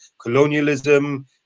colonialism